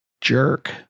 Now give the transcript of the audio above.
jerk